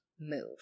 move